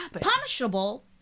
punishable